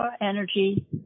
energy